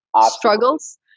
struggles